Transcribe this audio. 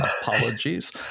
apologies